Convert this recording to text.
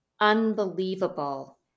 unbelievable